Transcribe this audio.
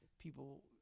people